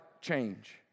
change